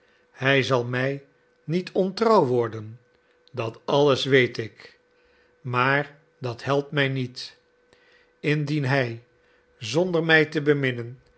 hij zal mij niet ontrouw worden dat alles weet ik maar dat helpt mij niet indien hij zonder mij te